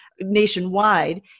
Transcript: nationwide